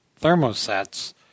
thermosets